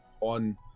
on